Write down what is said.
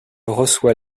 reçoit